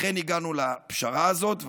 לכן הגענו לפשרה הזאת,